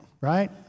right